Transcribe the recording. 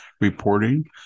reporting